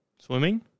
Swimming